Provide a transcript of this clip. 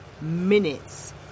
minutes